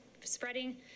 spreading